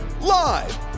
Live